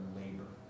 labor